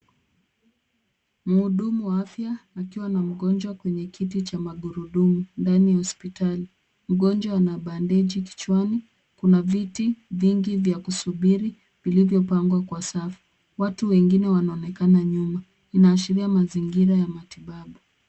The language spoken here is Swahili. Mhudumu wa afya, akiwa na mgonjwa kwenye kiti cha magurudumu ndani ya hospitali. Mgonjwa ana bandeji kichwani. Kuna viti vingi vya kusubiri vilivyopangwa kwa safu. Watu wengine wanaonekana nyuma. Inaashiria mazingira ya matibabu.